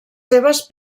seves